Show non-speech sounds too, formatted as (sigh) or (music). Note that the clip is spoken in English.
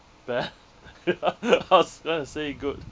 bad (laughs) ya (laughs) I was going to say good